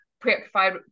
preoccupied